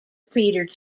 peter